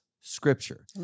scripture